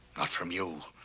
not from you,